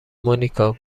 مونیکا